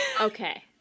Okay